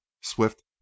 swift